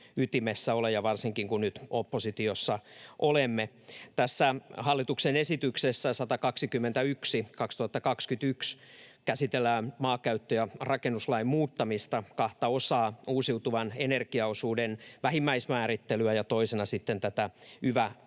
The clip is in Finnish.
ytimessä ole, varsinkin kun nyt oppositiossa olemme. Tässä hallituksen esityksessä 121/2021 käsitellään maankäyttö‑ ja rakennuslain muuttamista, kahta osaa: uusiutuvan energian osuuden vähimmäismäärittelyä ja toisena sitten